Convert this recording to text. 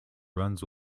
runs